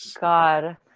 god